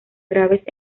graves